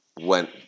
went